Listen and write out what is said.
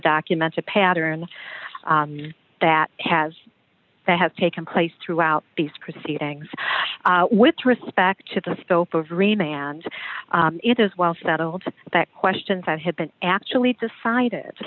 documented pattern that has that has taken place throughout these proceedings with respect to the scope of rain and it is well settled that questions that have been actually decided